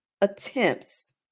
attempts